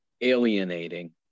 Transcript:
alienating